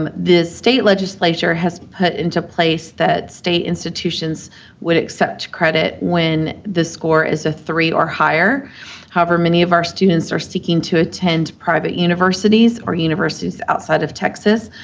um the state legislature has put into place that state institutions would accept credit when the score is a three or higher however, many of our students are seeking to attend private universities or universities outside of texas,